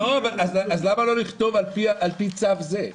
אז למה לא לכתוב "על פי צו זה"?